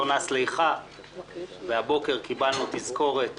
לא נס ליחה והבוקר קבלנו תזכורת